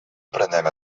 aprenem